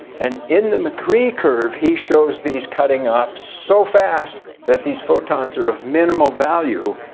and in the mccree curve he shows these cutting off so fast that these photons are of minimal value.